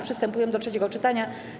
Przystępujemy do trzeciego czytania.